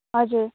हजुर